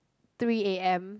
three A_M